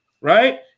Right